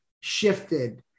shifted